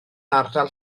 ardal